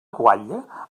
guatlla